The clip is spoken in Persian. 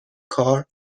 کار